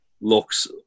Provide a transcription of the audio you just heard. looks